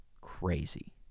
Crazy